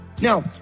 now